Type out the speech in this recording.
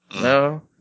No